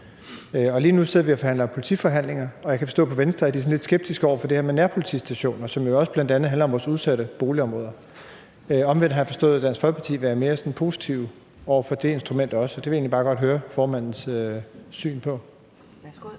Lige nu sidder vi i politiforhandlingerne, og jeg kan forstå på Venstre, at de er lidt skeptiske over for det her med nærpolitistationer, som jo bl.a. også handler om vores udsatte boligområder. Omvendt har jeg forstået, at Dansk Folkeparti vil være mere sådan positive over for det instrument også. Det vil jeg egentlig bare godt høre formandens syn på. Kl.